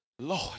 Lord